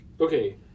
Okay